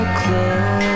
close